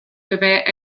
devait